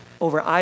over